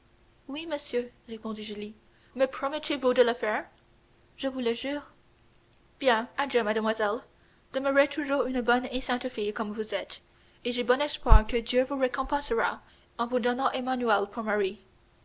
oui monsieur répondit julie me promettez-vous de le faire je vous le jure bien adieu mademoiselle demeurez toujours une bonne et sainte fille comme vous êtes et j'ai bon espoir que dieu vous récompensera en vous donnant